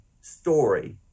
story